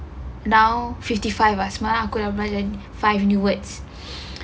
now fifty five ah semalam aku dah belajar five new words